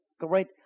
great